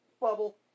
Bubble